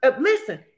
Listen